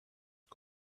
its